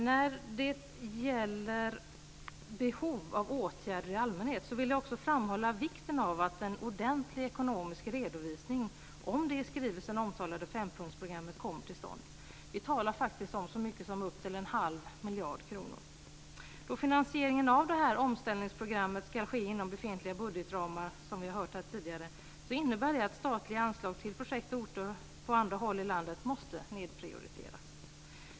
När det gäller behov av åtgärder i allmänhet vill jag också framhålla vikten av att en ordentlig ekonomisk redovisning om det i skrivelsen omtalade fempunktsprogrammet kommer till stånd. Vi talar faktiskt om så mycket som upp till en halv miljard kronor. Att finansieringen av detta omställningsprogram ska ske inom befintliga budgetramar, som vi har hört här tidigare, innebär att statliga anslag till projekt och orter på andra håll i landet måste nedprioriteras.